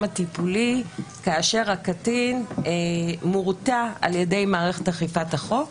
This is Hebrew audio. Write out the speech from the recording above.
הטיפולי כאשר הקטין מורתע על ידי מערכת אכיפת החוק.